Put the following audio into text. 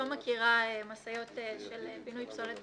לא מכירה משאיות של פינוי פסולת,